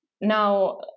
now